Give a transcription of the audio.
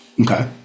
Okay